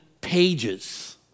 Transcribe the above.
pages